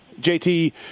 JT